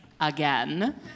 again